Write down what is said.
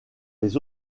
les